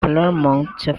clermont